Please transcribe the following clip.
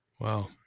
Wow